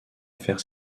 faire